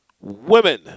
women